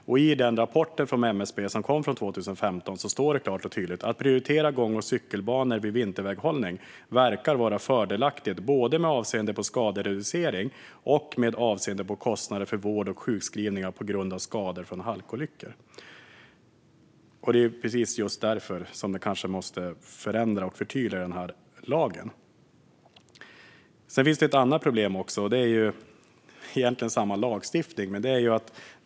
Och i den rapport som kom 2015 står det klart och tydligt: Att prioritera gång och cykelbanor vid vinterväghållning verkar vara fördelaktigt både med avseende på skadereducering och med avseende på kostnader för vård och sjukskrivningar på grund av skador från halkolyckor. Det är just därför som man kanske måste förändra och förtydliga den här lagen. Sedan finns det ett annat problem - det handlar egentligen om samma lagstiftning.